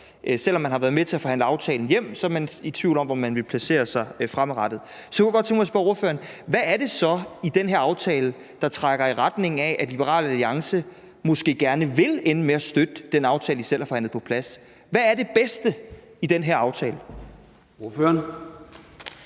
Selv om man har været med til at forhandle aftalen hjem, er man i tvivl om, hvor man vil placere sig fremadrettet. Så kunne jeg godt tænke mig at spørge ordføreren, hvad det så er i den her aftale, der trækker i retning af, at Liberal Alliance måske gerne vil ende med at støtte den aftale, de selv har forhandlet på plads. Hvad er det bedste i den her aftale? Kl.